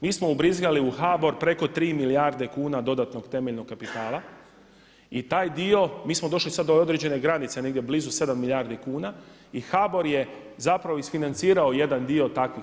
Mi smo ubrizgali u HBOR preko 3 milijarde kuna dodatnog temeljnog kapitala i taj dio mi smo došli sada do određene granice negdje blizu 7 milijardi kuna i HBOR je zapravo isfinancirao jedan dio takvih.